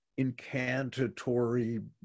incantatory